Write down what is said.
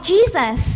Jesus